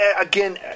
again